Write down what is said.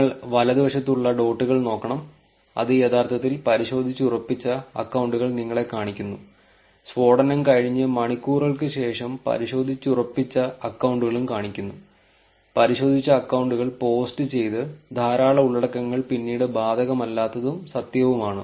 നിങ്ങൾ വലതുവശത്തുള്ള ഡോട്ടുകൾ നോക്കണം അത് യഥാർത്ഥത്തിൽ പരിശോധിച്ചുറപ്പിച്ച അക്കൌണ്ടുകൾ നിങ്ങളെ കാണിക്കുന്നു സ്ഫോടനം കഴിഞ്ഞ് മണിക്കൂറുകൾക്ക് ശേഷം പരിശോധിച്ചുറപ്പിച്ച അക്കൌണ്ടുകളും കാണിക്കുന്നു പരിശോധിച്ച അക്കൌണ്ടുകൾ പോസ്റ്റ് ചെയ്ത ധാരാളം ഉള്ളടക്കങ്ങൾ പിന്നീട് ബാധകമല്ലാത്തതും സത്യവുമാണ്